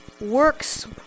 works